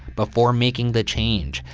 before making the change,